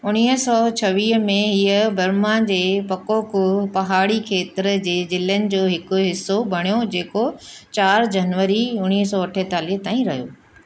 उणिवीह सौ छवीह में हीअ बर्मा जे पकोक्कू पहाड़ी खेत्र जे ज़िलनि जो हिकु हिसो बणियो जेको चारि जनवरी उणिवीह सौ अठेतालीह ताईं रहियो